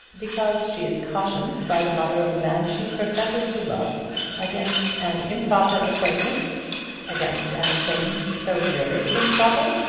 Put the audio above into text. because she is cautioned by the mother of the man she professes to love against an improper acquaintance against an acquaintance so very improper?